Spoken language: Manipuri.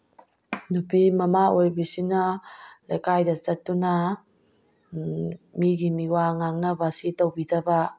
ꯅꯨꯄꯤ ꯃꯃꯥ ꯑꯣꯏꯕꯤꯁꯤꯅ ꯂꯩꯀꯥꯏꯗ ꯆꯠꯇꯨꯅ ꯃꯤꯒꯤ ꯃꯤꯋꯥ ꯉꯥꯡꯅꯕꯁꯤ ꯇꯧꯕꯤꯗꯕ